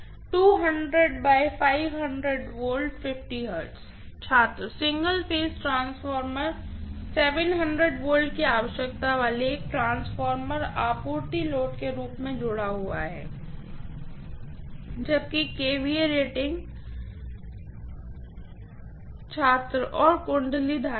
professor V Hz छात्र single phase transformer V की आवश्यकता वाले एक ऑटो ट्रांसफार्मर आपूर्ति लोड के रूप में जुड़ा हुआ है जब की केवीए रेटिंग छात्र और वाइंडिंग करंट भी